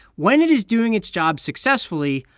when it is doing its job successfully,